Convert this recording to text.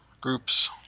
groups